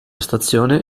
stazione